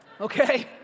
okay